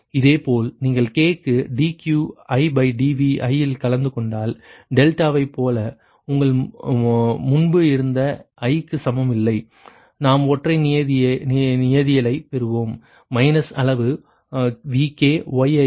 இதேபோல் நீங்கள் k க்கு dQidVi இல் கலந்து கொண்டால் டெல்டாவைப் போல முன்பு இருந்த i க்கு சமம் இல்லை நாம் ஒற்றைச் நியதிலைப் பெறுவோம் மைனஸ் அளவு VkYiksin ik ik